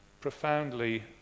profoundly